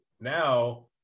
now